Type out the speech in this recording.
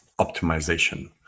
optimization